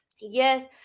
yes